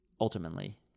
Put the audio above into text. ultimately